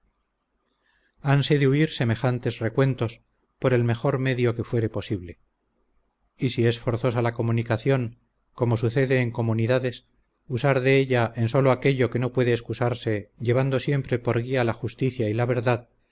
hanse de huir semejantes recuentros por el mejor medio que fuere posible y si es forzosa la comunicación como sucede en comunidades usar de ella en solo aquello que no puede excusarse llevando siempre por guía la justicia y la verdad